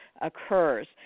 occurs